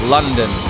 London